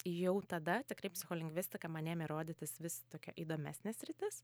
jau tada tikrai psicholingvistika man ėmė rodytis vis tokia įdomesnė sritis